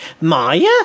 Maya